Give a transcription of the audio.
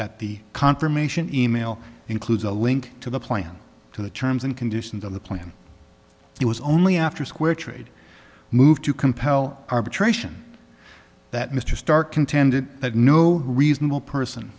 that the confirmation e mail includes a link to the plan to the terms and conditions of the plan it was only after square trade moved to compel arbitration that mr starr contended that no reasonable person